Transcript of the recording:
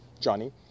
Johnny